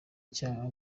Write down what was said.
icyaha